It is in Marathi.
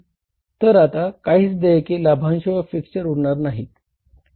तर आता काहीच देयके लाभांश व फिक्सचर उरणार नाहीत